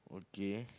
okay